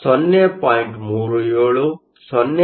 37 0